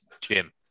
Jim